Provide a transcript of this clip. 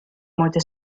molte